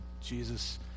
Jesus